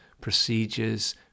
procedures